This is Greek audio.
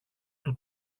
του